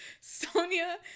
Sonia